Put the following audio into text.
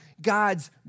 God's